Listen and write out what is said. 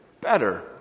better